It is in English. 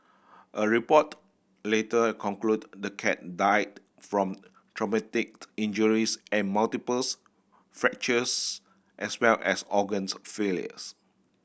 a report later concluded the cat died from traumatic injuries and multiple fractures as well as organs failures